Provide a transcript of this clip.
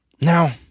Now